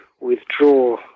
withdraw